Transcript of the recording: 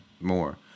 more